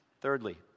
Thirdly